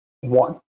one